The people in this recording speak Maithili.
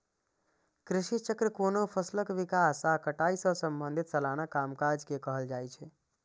कृषि चक्र कोनो फसलक विकास आ कटाई सं संबंधित सलाना कामकाज के कहल जाइ छै